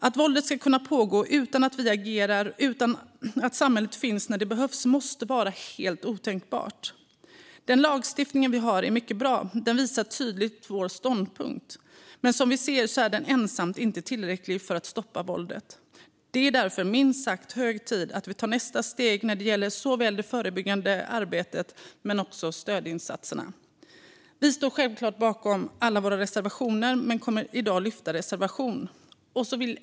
Att våldet ska kunna pågå utan att vi agerar, utan att samhället finns där när det behövs, måste vara helt otänkbart. Den lagstiftning vi har är mycket bra. Den visar tydligt vår ståndpunkt. Men som vi ser är den ensam inte tillräcklig för att stoppa våldet. Det är därför minst sagt hög tid att vi tar nästa steg när det gäller det förebyggande arbetet men också stödinsatserna. Vi står självklart bakom alla våra reservationer men yrkar i dag bifall endast till reservation 1.